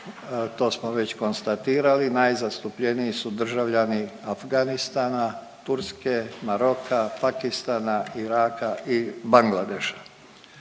to smo već konstatirali, najzastupljeniji su državljani Afganistana, Turske, Maroka, Pakistana, Iraka i Bangladeša.